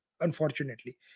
unfortunately